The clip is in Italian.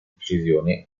precisione